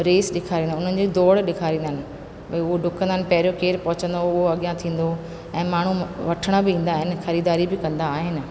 race ॾेखारींदा आहिनि उन्हनि जी दौड़ ॾेखारींदा आहिनि उहो डुकंदा आहिनि पहिरियों केरु पहुचंदो उहो अॻियां थींदो ऐं माण्हू वठण बि ईंदा आहिनि ख़रीदारी बि कंदा आहिनि